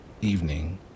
evening